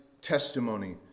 testimony